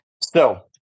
So-